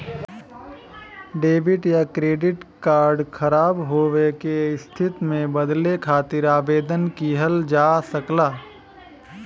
debit या credit card ख़राब होये क स्थिति में बदले खातिर आवेदन किहल जा सकला